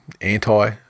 anti